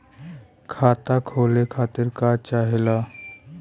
खाता खोले खातीर का चाहे ला?